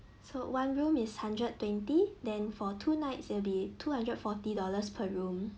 so one room is hundred twenty then for two nights it will be two hundred forty dollars per room